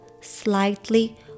slightly